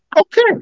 Okay